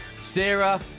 Sarah